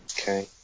Okay